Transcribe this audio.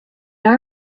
are